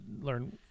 learn